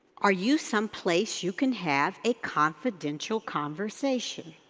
are you some place you can have a confidential conversation?